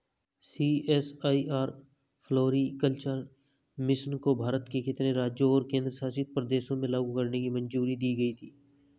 CSIR floriculture mission को भारत के कितने राज्यों और केंद्र शासित प्रदेशों में लागू करने की मंजूरी दी गई थी?